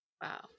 wow